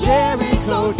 Jericho